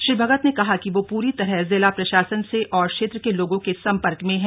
श्री भगत ने कहा कि वह पूरी तरह जिला प्रशासन से और क्षेत्र के लोगों के संपर्क में है